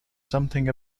something